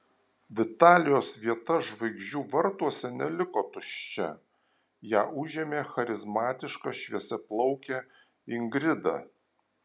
vitalijos vieta žvaigždžių vartuose neliko tuščia ją užėmė charizmatiška šviesiaplaukė ingrida